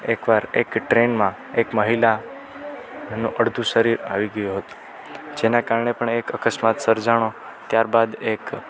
એકવાર એક ટ્રેનમાં એક મહિલાનું અડધું શરીર આવી ગયું હતું જેના કારણે પણ એક અકસ્માત સર્જાયો ત્યારબાદ એક